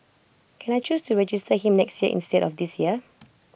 can I choose to register him next year instead of this year